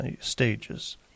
stages